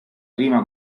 prima